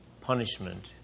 punishment